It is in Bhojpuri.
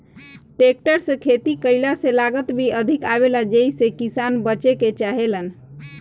टेकटर से खेती कईला से लागत भी अधिक आवेला जेइसे किसान बचे के चाहेलन